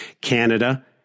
Canada